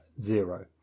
zero